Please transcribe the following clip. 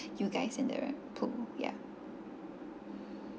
you guys in the pool yeah